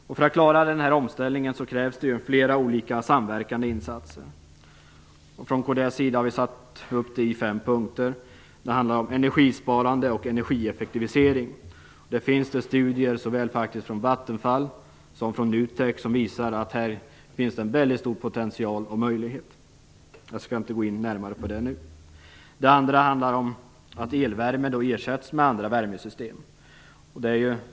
För att klara den omställningen krävs det flera olika samverkande insatser. Från kds sida har vi satt upp dem i fem punkter. Det handlar för det första om energisparande och energieffektivisering. Det finns studier, såväl från Vattenfall som från NUTEK, som visar att det här finns en väldigt stor potential och möjlighet. Jag skall inte nu gå närmare in på det. För det andra handlar det om att elvärme ersätts med andra värmesystem.